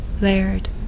layered